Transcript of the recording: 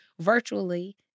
virtually